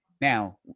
Now